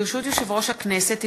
ברשות יושב-ראש הכנסת,